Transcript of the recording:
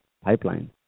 pipeline